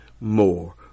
more